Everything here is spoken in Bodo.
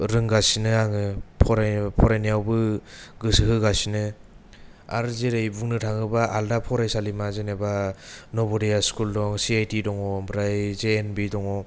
रोंगासि आङो फरायनायावबो गोसो होगासिनो आरो जेरै बुंनो थाङोब्ला आलदा फरायसालि जेनावबा नब'दया स्कुल दं सि आइ थि दङ ओमफ्राय जे एन बि दङ